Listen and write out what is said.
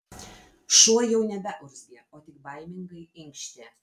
šuo jau nebeurzgė o tik baimingai inkštė